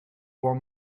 want